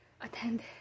Attend